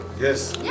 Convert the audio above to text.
Yes